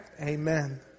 Amen